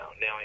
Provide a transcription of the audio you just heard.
Now